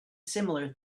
similar